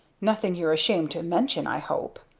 nothin you're ashamed to mention, i hope?